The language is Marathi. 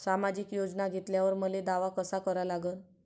सामाजिक योजना घेतल्यावर मले दावा कसा करा लागन?